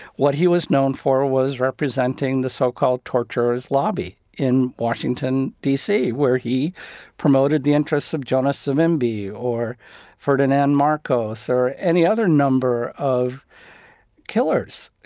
what he was known for was representing the so-called torturer's lobby in washington, d c, where he promoted the interests of jonas savimbi or ferdinand marcos or any other number of killers.